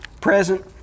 present